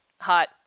hot